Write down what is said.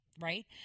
Right